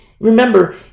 Remember